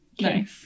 nice